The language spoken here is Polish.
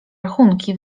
rachunki